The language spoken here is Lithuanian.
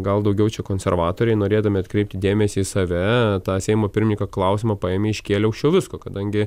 gal daugiau čia konservatoriai norėdami atkreipti dėmesį į save tą seimo pirmininko klausimą paėmė iškėlė aukščiau visko kadangi